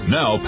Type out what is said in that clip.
Now